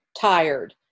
tired